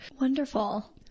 Wonderful